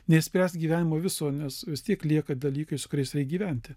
neišspręs gyvenimo viso nes vis tiek lieka dalykai su kuriais reik gyventi